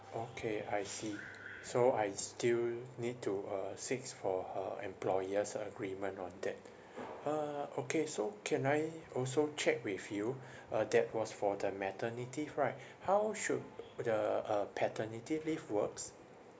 okay I see so I still need to uh seeks for her employer's agreement on that uh okay so can I also check with you uh that was for the maternity leave right how should the uh paternity leave works